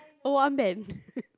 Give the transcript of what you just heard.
oh armband